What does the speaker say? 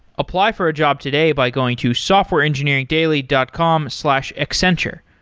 apply for a job today by going to softwareengineeringdaily dot com slash accenture.